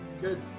Good